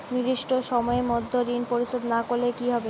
নির্দিষ্ট সময়ে মধ্যে ঋণ পরিশোধ না করলে কি হবে?